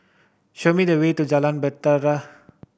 show me the way to Jalan Bahtera